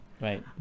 right